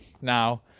Now